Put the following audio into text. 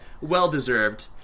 Well-deserved